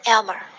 Elmer